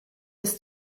des